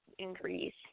Increase